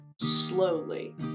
Slowly